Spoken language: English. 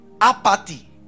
apathy